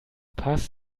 paz